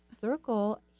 circle